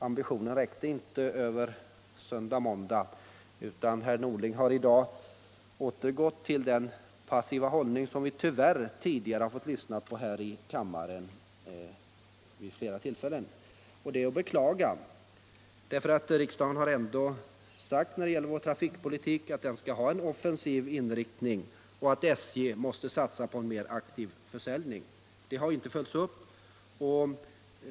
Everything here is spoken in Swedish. Ambitionen räckte inte över söndag och måndag, utan herr Norling har i dag återgått till den passiva hållning, som vi tyvärr tidigare har fått lyssna på här i kammaren vid flera tillfällen. Det är att beklaga, därför att riksdagen har ändå uttalat att trafikpolitiken skall ha en offensiv inriktning, där SJ satsar på en aktiv försäljning. Det har inte följts upp.